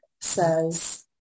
says